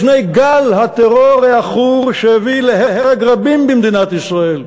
לפני גל הטרור העכור שהביא להרג רבים במדינת ישראל,